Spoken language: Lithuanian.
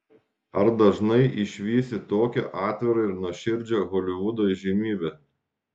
ar dažnai išvysi tokią atvirą ir nuoširdžią holivudo įžymybę